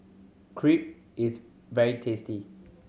crepe is very tasty